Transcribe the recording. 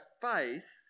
faith